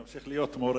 אדוני ימשיך להיות מורה.